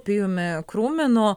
pijumi krūminu